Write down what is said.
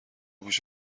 پیش